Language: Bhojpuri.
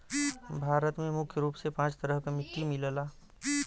भारत में मुख्य रूप से पांच तरह क मट्टी मिलला